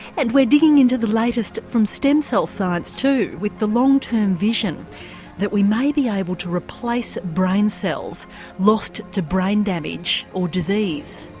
and we're digging into the latest from stem cell science too with the long term vision that we may be able to replace brain cells lost to brain damage or disease.